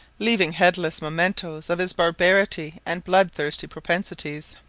leaving headless mementos of his barbarity and blood-thirsty propensities.